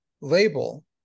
label